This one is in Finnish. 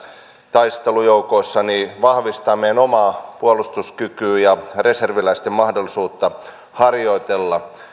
taistelujoukoissa vahvistaa meidän omaa puolustuskykyämme ja reserviläisten mahdollisuutta harjoitella